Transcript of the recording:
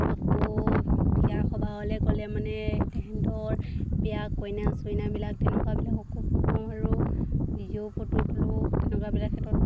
আকৌ বিয়া সবাহলৈ গ'লে মানে তেহেঁতৰ বিয়া কইনা চইনাবিলাক তেনেকুৱাবিলাককো ফটো মাৰোঁ নিজেও ফটো তোঁলো তেনেকুৱাবিলাক ক্ষেত্ৰত